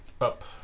Up